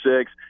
six